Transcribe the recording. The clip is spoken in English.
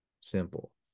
simple